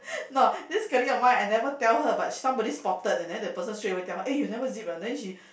no this colleague of mine I never tell her but somebody spotted and then the person straight away tell her eh you never zip ah then she